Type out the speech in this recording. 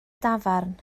dafarn